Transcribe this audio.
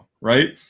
right